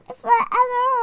forever